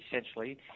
essentially –